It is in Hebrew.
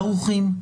ערוכים,